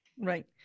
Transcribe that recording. right